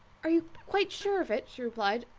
are you quite sure of it? she replied.